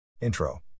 Intro